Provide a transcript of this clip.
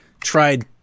tried